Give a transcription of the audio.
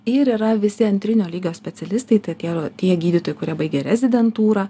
ir yra visi antrinio lygio specialistai tai tie tie gydytojai kurie baigė rezidentūrą